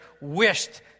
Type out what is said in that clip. wished